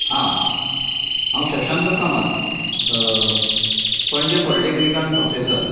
हां हांव शशांक कामत आं पणजी पोलिटेकनिकलांत प्रोफेसर